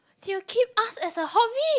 they will keep us as a hobby